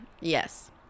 yes